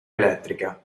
elettrica